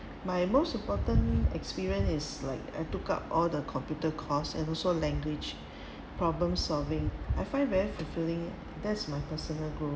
my most important experience is like I took up all the computer course and also language problem solving I find very fulfilling that's my personal grow